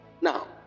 now